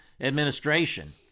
administration